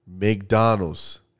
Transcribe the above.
mcdonald's